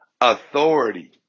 authority